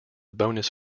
bonus